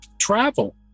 travel